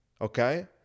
Okay